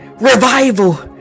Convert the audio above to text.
revival